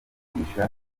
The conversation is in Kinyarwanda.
kwihutisha